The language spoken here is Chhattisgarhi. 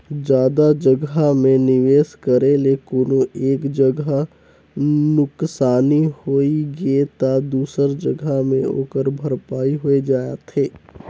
जादा जगहा में निवेस करे ले कोनो एक जगहा नुकसानी होइ गे ता दूसर जगहा में ओकर भरपाई होए जाथे